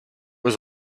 was